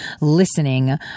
listening